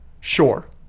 Sure